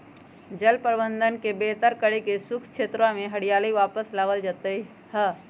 जल प्रबंधन के बेहतर करके शुष्क क्षेत्रवा में हरियाली वापस लावल जयते हई